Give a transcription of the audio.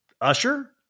Usher